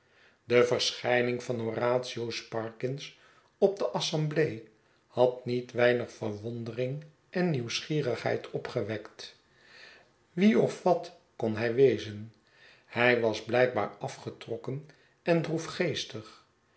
de verschijning van horatio sparkins op de assemblee had niet weinig verwondering en nieuwsgierigheid opgewekt wie of wat kon hij wezen hij was blijkbaar afgetrokken en